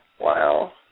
Wow